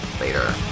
Later